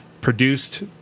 produced